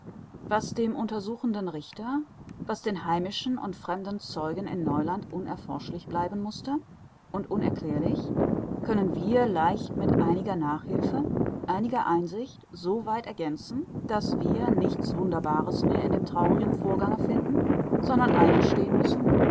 was dem untersuchenden richter was den heimischen und fremden zeugen in neuland unerforschlich bleiben mußte und unerklärlich können wir leicht mit einiger nachhilfe eigener einsicht so weit ergänzen daß wir nichts wunderbares mehr in dem traurigen vorgange finden sondern eingestehen müssen